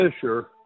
Fisher